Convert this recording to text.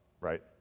Right